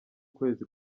kwezi